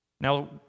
Now